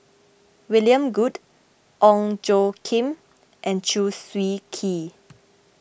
William Goode Ong Tjoe Kim and Chew Swee Kee